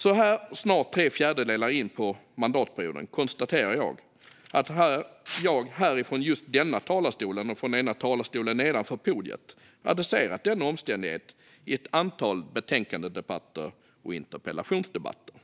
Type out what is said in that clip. Så här snart tre fjärdedelar in i mandatperioden konstaterar jag att jag här, från just denna talarstol och från ena talarstolen nedanför podiet, har adresserat denna omständighet i ett antal betänkandedebatter och interpellationsdebatter